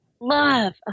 love